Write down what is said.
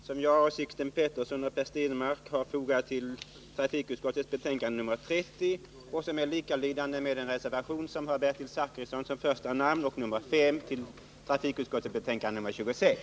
Herr talman! Jag yrkar bifall till den reservation som jag, Sixten Pettersson och Per Stenmarck har fogat vid trafikutskottets betänkande nr 30 och som är likalydande med reservation nr 5, med Bertil Zachrisson som första namn, vid trafikutskottets betänkande nr 26.